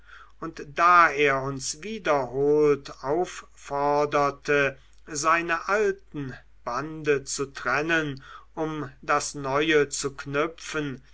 und da er uns wiederholt aufforderte seine alten bande zu trennen um das neue zu knüpfen